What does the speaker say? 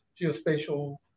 geospatial